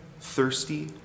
thirsty